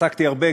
עסקתי הרבה,